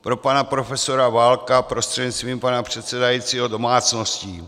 Pro pana profesora Válka prostřednictvím pana předsedajícího domácností.